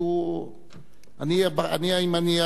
אם ילמדו אותי 20 שנה,